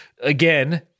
again